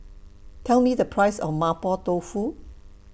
Tell Me The Price of Mapo Tofu